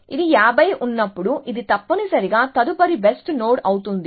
ఇది 50 ఉన్నప్పుడు ఇది తప్పనిసరిగా తదుపరి బెస్ట్ నోడ్ అవుతుంది